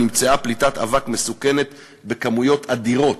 נמצאה פליטת אבק מסוכנת בכמויות אדירות.